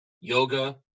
yoga